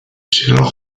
sherlock